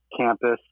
campus